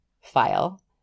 file